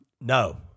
No